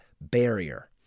barrier